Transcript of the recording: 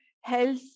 health